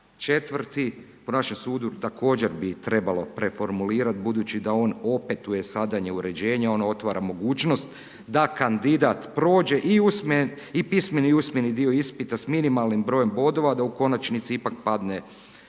st. 4. po našem sudu također bi trebalo preformulirati budući da on opetuje .../Govornik se ne razumije./... uređenje, on otvara mogućnost da kandidat prođe i pismeni i usmeni dio ispita s minimalnim brojem bodova, da u konačnici ipak padne na